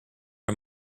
are